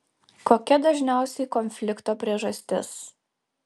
kokia dažniausiai konflikto priežastis